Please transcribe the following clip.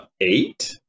eight